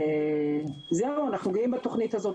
אנחנו גאים בתכנית הזו.